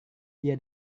dia